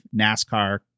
NASCAR